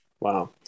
Wow